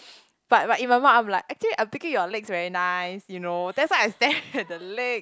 but but in my mind I'm like actually I'm thinking your legs very nice you know that's why I stare at the leg